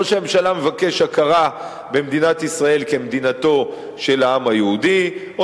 ראש הממשלה מבקש הכרה במדינת ישראל כמדינתו של העם היהודי,